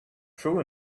true